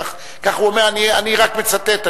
כך הוא אומר, אני רק מצטט.